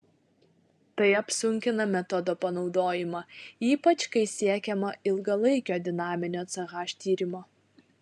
tai apsunkina metodo panaudojimą ypač kai siekiama ilgalaikio dinaminio ch tyrimo